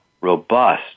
robust